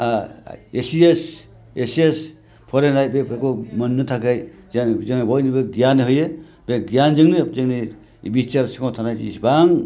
ए C S फरायनाय बेफोरखौ मोननो थाखै जों जों बयनोबो गियान होयो बे गियानजोंनो जोंनि बिटिआर सिङाव थानाय जिसिबां